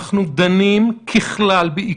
גם שב"כ הוא צורך, דיברנו על הזכות